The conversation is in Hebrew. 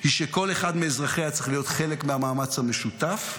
היא שכל אחד מאזרחיה צריך להיות חלק מהמאמץ המשותף,